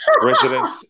residents